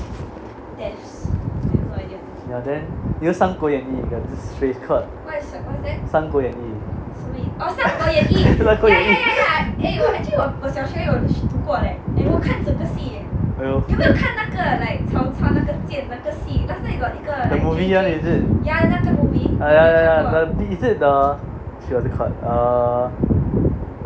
ya then you know 三国演义 got this phrase called 三国演义 三国演义 the movie [one] is it ah ya ya ya ya is it the uh shit what is it called uh